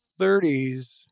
30s